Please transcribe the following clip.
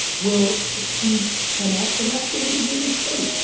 will succeed ten x, and that's the way the game is played.